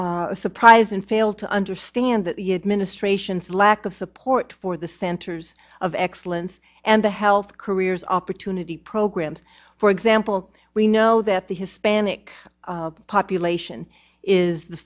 was surprised and fail to understand that the administration's lack of support for the centers of excellence and the health careers opportunity programs for example we know that the hispanic population is the